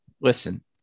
Listen